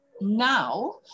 now